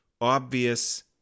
obvious